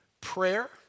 Prayer